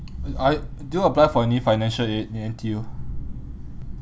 I did you apply for any financial aid in N_T_U